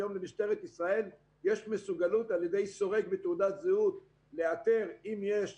היום למשטרת ישראל יש מסוגלות על ידי סורק ותעודת זהות לאתר אם יש חולה,